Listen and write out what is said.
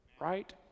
right